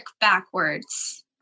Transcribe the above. backwards